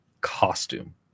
costume